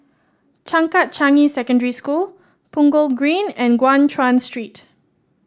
Changkat Changi Secondary School Punggol Green and Guan Chuan Street